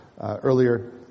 Earlier